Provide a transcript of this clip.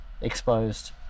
exposed